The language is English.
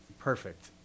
Perfect